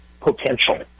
potential